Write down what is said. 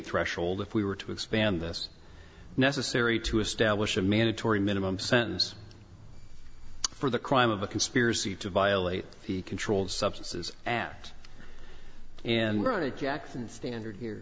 threshold if we were to expand this necessary to establish a mandatory minimum sentence for the crime of a conspiracy to violate the controlled substances act and run a jackson standard here